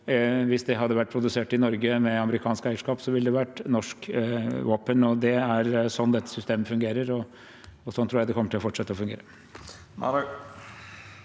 Hvis det hadde vært produsert i Norge med amerikansk eierskap, ville det vært norske våpen. Det er sånn dette systemet fungerer, og sånn tror jeg det kommer til å fortsette å fungere.